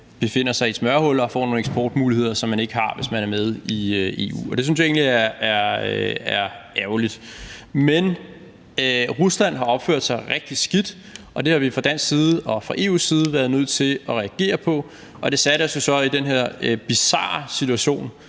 befinder sig i et smørhul og får nogle eksportmuligheder, som man ikke har, hvis man er med i EU. Det synes jeg egentlig er ærgerligt. Men Rusland har opført sig rigtig skidt, og det har vi fra dansk side og fra EU's side været nødt til at reagere på, og det satte os så i den her bizarre situation,